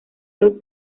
los